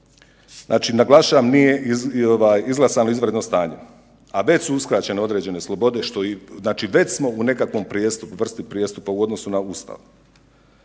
Znači naglašavam, nije izglasano izvanredno stanje, a već su uskraćene određene slobode, znači već smo u nekakvoj vrsti prijestupa u odnosu na Ustav.